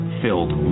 filled